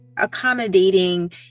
accommodating